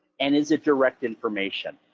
and is it direct information?